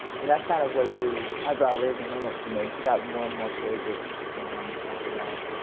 and that kind of was the eyebrow raising moment for me. i got more and more courageous after that.